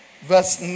verse